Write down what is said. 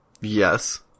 Yes